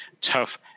tough